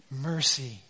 Mercy